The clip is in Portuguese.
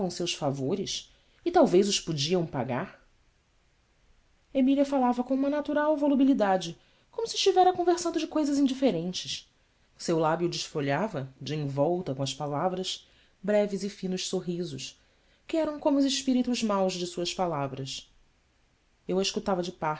seus favores e talvez os podiam pagar emília falava com uma natural volubilidade como se estivera conversando de coisas indiferentes seu lábio desfolhava de envolta com as palavras breves e finos sorrisos que eram como os espíritos maus de suas palavras eu a escutava de